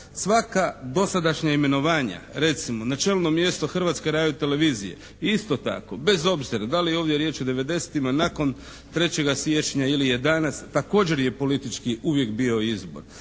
Svaka dosadašnja imenovanja recimo na čelno mjesto Hrvatske radio televizije isto tako, bez obzira da li je ovdje riječ o '90. nakon 03. siječnja ili je danas također je politički uvijek bio izbor.